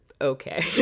okay